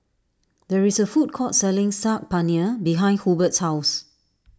there is a food court selling Saag Paneer behind Hubert's house